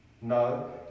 No